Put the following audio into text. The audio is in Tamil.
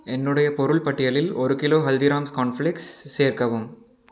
என்னுடைய பொருள் பட்டியலில் ஒரு கிலோ ஹல்திராம்ஸ் கார்ன்ஃப்ளேக்ஸ் சேர்க்கவும்